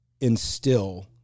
instill